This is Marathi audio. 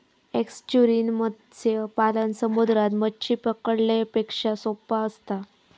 एस्चुरिन मत्स्य पालन समुद्रात मच्छी पकडण्यापेक्षा सोप्पा असता